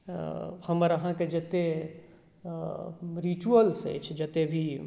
हमर अहाँके जतेक रिचुअल्स अछि जतेक भी